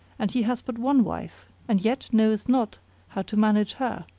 and he hath but one wife, and yet knoweth not how to manage her.